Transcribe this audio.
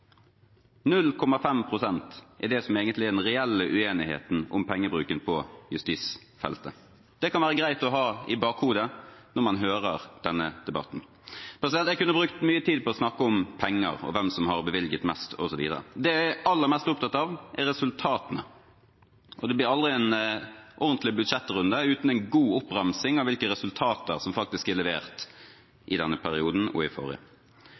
er det som egentlig er den reelle uenigheten om pengebruken på justisfeltet. Det kan være greit å ha i bakhodet når man hører denne debatten. Jeg kunne brukt mye tid på å snakke om penger – om hvem som har bevilget mest, osv. Det jeg er aller mest opptatt av, er resultatene, og det blir aldri en ordentlig budsjettrunde uten en god oppramsing av hvilke resultater som faktisk er levert i denne perioden og i forrige.